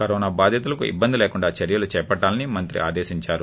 corona బాధితులకు ఇబ్బంది లేకుండా చర్యలు చేపట్లాలని మంత్రి ఆదేశించారు